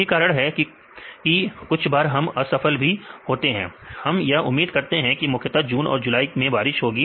यही कारण है कि कुछ बार हम असफल भी होते हैं हम यह उम्मीद करते हैं की मुख्यता जून और जुलाई में बारिश होगी